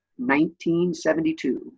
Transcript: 1972